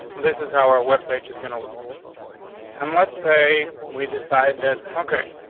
this is our webpage is gonna look like and let's say we decide that. okay,